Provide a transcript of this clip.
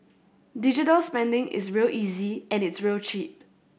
digital spending is real easy and it's real cheap